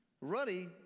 Ruddy